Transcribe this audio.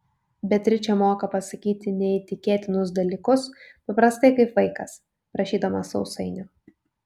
beatričė moka pasakyti neįtikėtinus dalykus paprastai kaip vaikas prašydamas sausainio